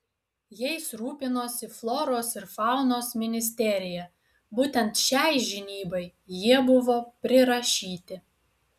jais rūpinosi floros ir faunos ministerija būtent šiai žinybai jie buvo prirašyti